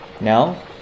Now